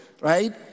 right